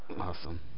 Awesome